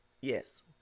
Yes